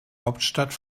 hauptstadt